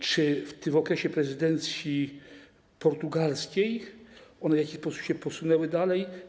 Czy w okresie prezydencji portugalskiej one w jakiś sposób się posunęły dalej?